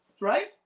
Right